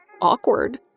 Awkward